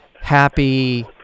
happy